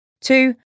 Two